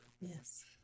Yes